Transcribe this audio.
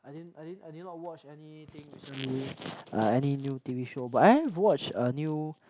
I didn't I didn't I did not watch anything recently ah any new t_v show but I have watched a new